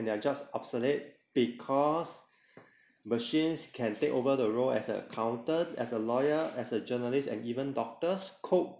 their jobs obsolete because machines can take over the role as a accountant as a lawyer as a journalist and even doctors cook